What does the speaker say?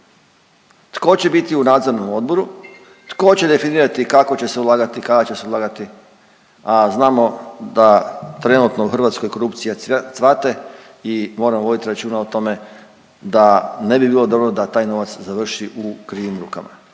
Tko će biti u nadzornom odboru, tko će definirati kako će se ulagati, kada će se ulagati, a znamo da trenutno u Hrvatskoj korupcija cvate i moramo voditi računa o tome da ne bi bilo dobro da taj novac završi u krivim rukama.